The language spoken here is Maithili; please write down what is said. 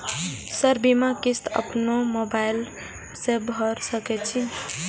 सर बीमा किस्त अपनो मोबाईल से भर सके छी?